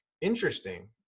interesting